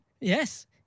Yes